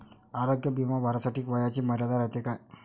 आरोग्य बिमा भरासाठी वयाची मर्यादा रायते काय?